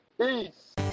Peace